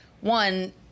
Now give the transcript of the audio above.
One